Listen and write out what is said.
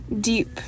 deep